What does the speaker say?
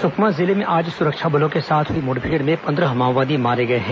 सुकमा जिले में आज सुरक्षा बलों के साथ हुई मुठभेड़ में पन्द्रह माओवादी मारे गए हैं